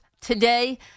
today